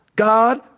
God